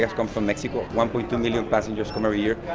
come from mexico. one point two million passengers come ever year.